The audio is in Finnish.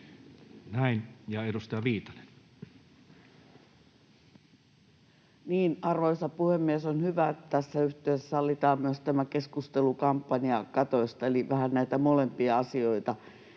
Time: 17:30 Content: Arvoisa puhemies! On hyvä, että tässä yhteydessä sallitaan myös tämä keskustelu kampanjakatoista, eli vähän näitä molempia asioita